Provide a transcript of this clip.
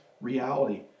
reality